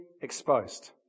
exposed